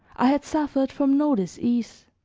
i had suffered from no disease